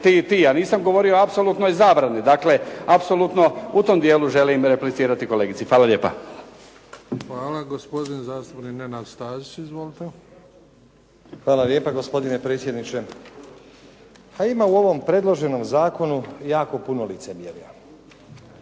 ti i ti. Ja nisam govorio o apsolutnoj zabrani. Dakle, apsolutno u tom dijelu želim replicirati kolegici. Hvala lijepa. **Bebić, Luka (HDZ)** Hvala. Gospodin zastupnik Nenad Stazić. Izvolite. **Stazić, Nenad (SDP)** Hvala lijepa gospodine predsjedniče. Pa ima u ovom predloženom zakonu jako puno licemjerja.